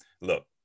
look